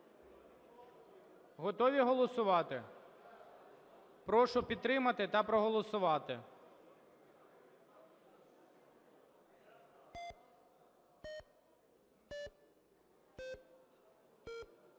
Готові голосувати? Прошу підтримати та проголосувати.